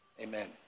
Amen